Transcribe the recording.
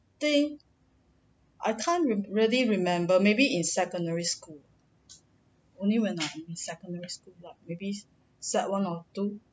I think I can't really remember maybe in secondary school only when I'm in secondary school like maybe sec one or two